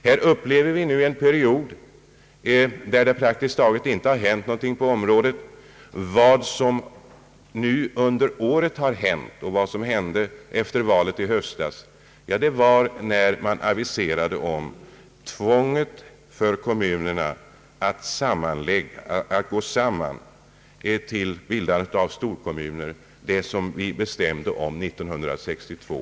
Här upplever vi nu en period, där det praktiskt taget inte hänt något på området. Vad som hänt under året och vad som hände omedelbart efter valet i höstas var att man aviserade om tvånget för kommunerna att gå samman och bilda storkommuner, vilket vi bestämde om 1962.